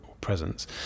presence